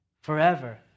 forever